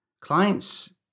Clients